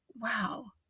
wow